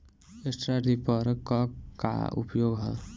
Straw reaper क का उपयोग ह?